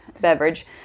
beverage